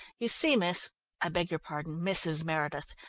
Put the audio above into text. you see, miss i beg your pardon, mrs. meredith,